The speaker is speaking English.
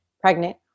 pregnant